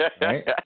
right